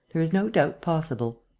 there is no doubt possible.